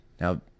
Now